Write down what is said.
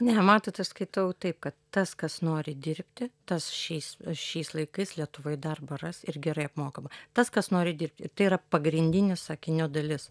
ne matot aš skaitau taip kad tas kas nori dirbti tas šiais šiais laikais lietuvoj darbą ras ir gerai apmokamą tas kas nori dirbti ir tai yra pagrindinė sakinio dalis